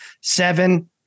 seven